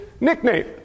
nickname